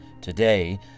Today